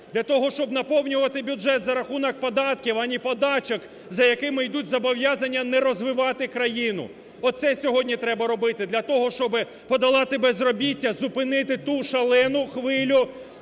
Для того, щоб наповнювати бюджет за рахунок податків, а не подачок, за якими йдуть зобов'язання не розвивати країну. Оце сьогодні треба робити, для того щоби подолати безробіття, зупинити ту шалену хвилю